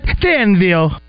Danville